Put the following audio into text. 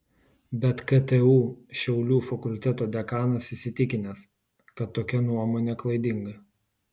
bet ktu šiaulių fakulteto dekanas įsitikinęs kad tokia nuomonė klaidinga